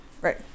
Right